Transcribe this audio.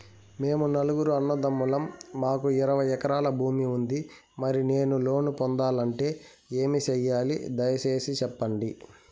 మేము నలుగురు అన్నదమ్ములం మాకు ఇరవై ఎకరాల భూమి ఉంది, మరి నేను లోను పొందాలంటే ఏమి సెయ్యాలి? దయసేసి సెప్పండి?